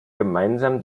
gemeinsam